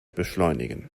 beschleunigen